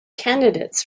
candidates